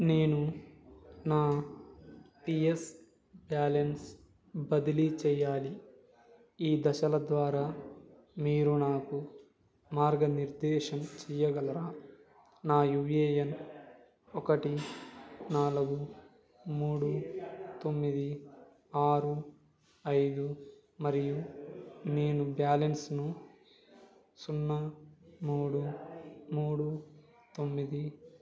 నేను నా P S balance బదిలీ చేయాలి ఈ దశల ద్వారా మీరు నాకు మార్గనిర్దేశం చేయగలరా నా యూ ఏ ఎన్ ఒకటి నాలుగు మూడు తొమ్మిది ఆరు ఐదు మరియు నేను బ్యాలెన్స్ను సున్నా మూడు మూడు తొమ్మిది